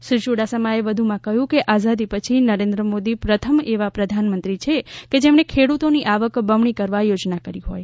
શ્રી યુડાસમાએ વધુમાં કહ્યું છે કે આઝાદી પછી નરેન્દ્ર મોદી પ્રથમ એવા પ્રધાનમંત્રી છે કે જેમણે ખેડૂતોની આવક બમણી કરવા યોજના કરી હોય